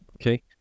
okay